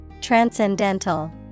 Transcendental